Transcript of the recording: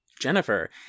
jennifer